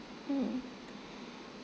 mm